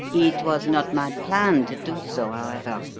it was not my plan to do so, however.